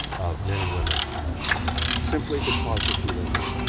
of men and women simply because of who they were.